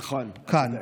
נכון, אתה צודק.